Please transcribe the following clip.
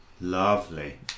lovely